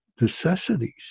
necessities